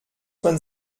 man